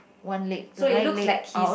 one leg the right leg out